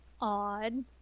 odd